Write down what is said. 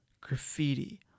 graffiti